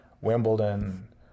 Wimbledon